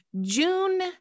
June